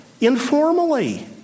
Informally